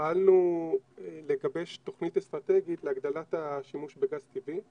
פעלנו לגבש תוכנית אסטרטגית להגדלת השימוש בגז טבעי,